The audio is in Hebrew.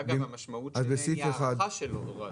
אגב, המשמעות היא הארכה של הוראת השעה.